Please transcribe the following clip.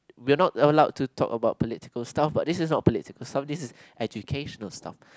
we're not allowed to talk about political stuff but this is not poltiical stuff this is educational stuff